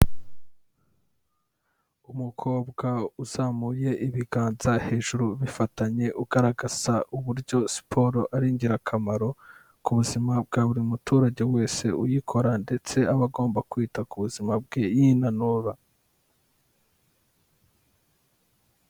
Umukobwa uzamuye ibiganza hejuru bifatanye, ugaragaza uburyo siporo ari ingirakamaro ku buzima bwa buri muturage wese uyikora, ndetse aba agomba kwita ku buzima bwe yinanura.